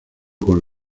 con